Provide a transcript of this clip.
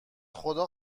خدا